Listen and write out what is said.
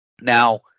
Now